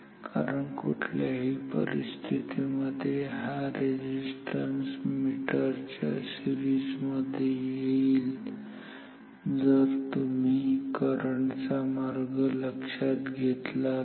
कारण कुठल्याही परिस्थितीमध्ये हा रेझिस्टन्स मीटरच्या सीरिजमध्ये येईल जर तुम्ही करंट चा मार्ग लक्षात घेतला तर